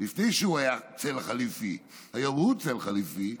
לפני שהוא היה צל חליפי, היום הוא צל חליפי,